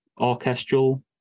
orchestral